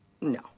No